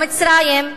במצרים,